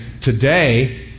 today